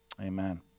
Amen